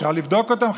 אפשר לבדוק אותם,